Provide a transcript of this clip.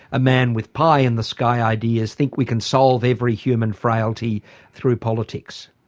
a man with pie in the sky ideas, think we can solve every human frailty through politics?